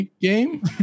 game